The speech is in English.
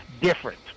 different